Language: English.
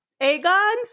Aegon